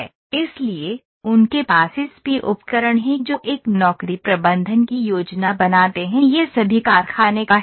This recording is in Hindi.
इसलिए उनके पास एएसपी उपकरण हैं जो एक नौकरी प्रबंधन की योजना बनाते हैं यह सभी कारखाने का हिस्सा है